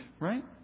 right